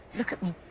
look at me.